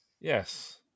Yes